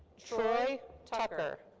troy tucker.